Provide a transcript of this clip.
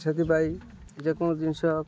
ସେଥିପାଇଁ ଯେକୌଣସି ଜିନିଷ